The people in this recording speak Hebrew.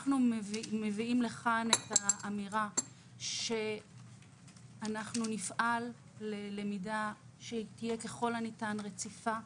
אנחנו מביאים לכאן את האמירה שאנחנו נפעל ללמידה שתהיה ככל הניתן רציפה.